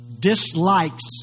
dislikes